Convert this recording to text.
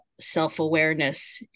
self-awareness